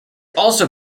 also